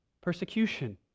persecution